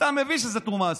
אתה מבין שזו תרומה אסורה.